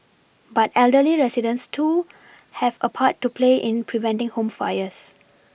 but elderly residents too have a part to play in preventing home fires